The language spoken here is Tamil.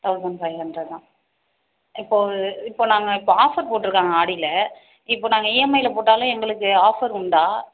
தௌசண்ட் ஃபைவ் ஹண்ரட் தான் இப்போது இப்போது நாங்கள் இப்போ ஆஃபர் போட்டிருக்காங்க ஆடியில் இப்போது நாங்கள் இஎம்ஐயில் போட்டாலும் எங்களுக்கு ஆஃபர் உண்டா